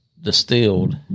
distilled